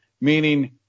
meaning